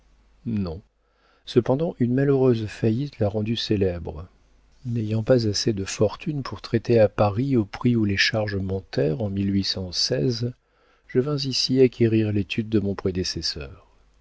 non cependant une malheureuse faillite l'a rendu célèbre n'ayant pas assez de fortune pour traiter à paris au prix où les charges montèrent en je vins ici acquérir l'étude de mon prédécesseur